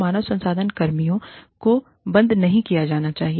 मानव संसाधन कर्मियों को को बंद नहीं किया जाना चाहिए